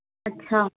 ਅੱਛਾ